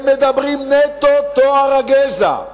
הם מדברים נטו טוהר הגזע.